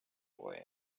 boy